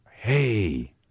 hey